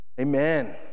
Amen